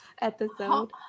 Episode